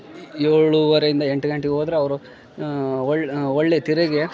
ಏಳೂವರೆ ಇಂದ ಎಂಟು ಗಂಟೆಗೊದರೆ ಅವರು ಒಳ್ಳೆ ಒಳ್ಳೇ ತಿರಗಿ